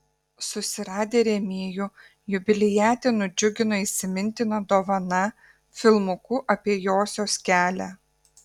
susiradę rėmėjų jubiliatę nudžiugino įsimintina dovana filmuku apie josios kelią